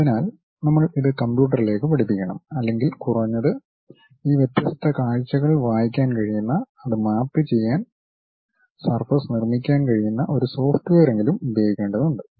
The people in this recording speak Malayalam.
അതിനാൽ നമ്മൾ ഇത് കമ്പ്യൂട്ടറിലേക്ക് പഠിപ്പിക്കണം അല്ലെങ്കിൽ കുറഞ്ഞത് ഈ വ്യത്യസ്ത കാഴ്ചകൾ വായിക്കാൻ കഴിയുന്നഅത് മാപ്പ് ചെയ്യാൻ സർഫസ് നിർമിക്കാൻ കഴിയുന്ന ഒരു സോഫ്റ്റ്വെയറെങ്കിലും ഉപയോഗിക്കേണ്ടതുണ്ട്